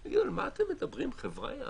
יגידו: על מה אתם מדברים, חבריא?